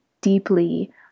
deeply